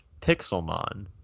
Pixelmon